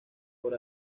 por